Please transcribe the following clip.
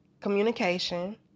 Communication